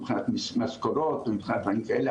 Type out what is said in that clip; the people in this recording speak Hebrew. מבחינת משכורות ודברים כאלה,